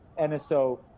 NSO